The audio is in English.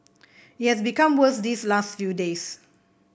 it has become worse these last few days